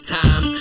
time